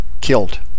killed